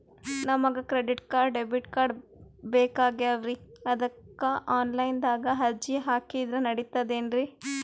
ನಮಗ credit card, debit card ಬೇಕಾಗ್ಯಾವ್ರೀ ಅದಕ್ಕ ಆನಲೈನದಾಗ ಅರ್ಜಿ ಹಾಕಿದ್ರ ನಡಿತದೇನ್ರಿ?